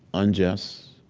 unjust,